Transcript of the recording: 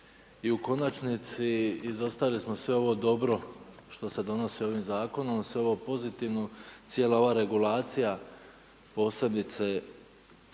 i u konačnici izostavili smo sve ovo dobro što se donosi ovim zakonom, sve ovo pozitivno, cijela ova regulacija posebice